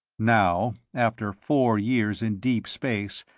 now, after four years in deep space,